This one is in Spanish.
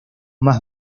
más